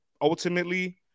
ultimately